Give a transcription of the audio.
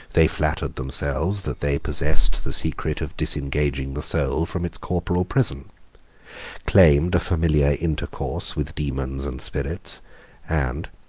they flattered themselves that they possessed the secret of disengaging the soul from its corporal prison claimed a familiar intercourse with demons and spirits and,